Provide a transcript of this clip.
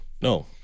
no